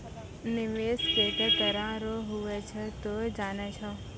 निवेश केतै तरह रो हुवै छै तोय जानै छौ